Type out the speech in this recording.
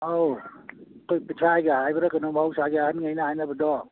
ꯑꯧ ꯑꯩꯈꯣꯏ ꯄꯨꯊ꯭ꯔꯥꯏꯒ ꯍꯥꯏꯕ꯭ꯔ ꯀꯩꯅꯣ ꯃꯍꯧꯁꯥꯒꯤ ꯑꯍꯟꯈꯩꯅ ꯍꯥꯏꯅꯕꯗꯣ